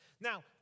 Now